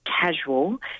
casual